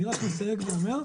אני רק מסייג ואומר,